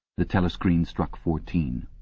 the telescreen struck fourteen.